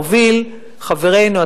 מוביל חברנו,